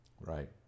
Right